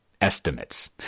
estimates